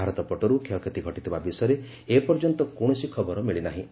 ଭାରତ ପଟରୁ କ୍ଷୟକ୍ଷତି ଘଟିଥିବା ବିଷୟରେ ଏ ପର୍ଯ୍ୟନ୍ତ କୌଣସି ଖବର ମିଳିନାହିଁ